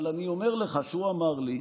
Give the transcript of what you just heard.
אבל אני אומר לך שהוא אמר לי,